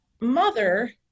mother